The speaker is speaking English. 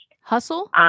Hustle